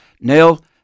Neil